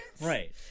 Right